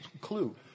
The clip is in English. clue